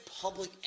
public